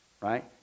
right